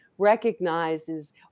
Recognizes